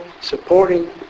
supporting